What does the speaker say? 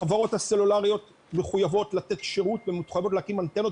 החברות הסלולריות מחויבות לתת שירות ומוכנות להקים אנטנות